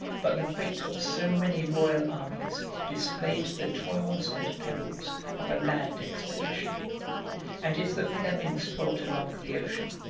but the fate of so many royal armies displayed the toils and perils of a land expedition and if the flemings dwelt along the ocean,